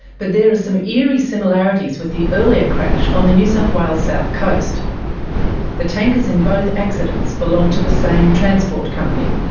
but there are some eerie similarities with the earlier crash on the new south wales south coast the tankers in both accidents belonged to the same transport company,